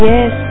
Yes